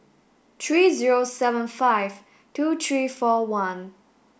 three zero seven five two three four one